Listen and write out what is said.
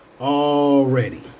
already